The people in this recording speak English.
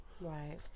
right